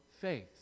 faith